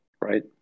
right